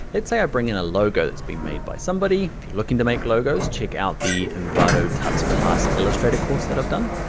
let's say i bring in a logo that's been made by somebody. if you're looking to make logos, check out the envato tuts illustrator course that i've done.